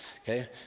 okay